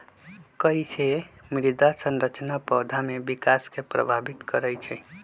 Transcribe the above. कईसे मृदा संरचना पौधा में विकास के प्रभावित करई छई?